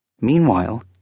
Meanwhile